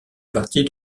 partie